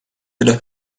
della